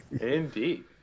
indeed